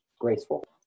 graceful